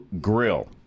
grill